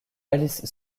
alice